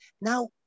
now